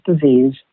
disease